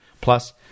Plus